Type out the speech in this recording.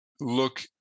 look